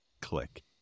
click